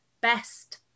best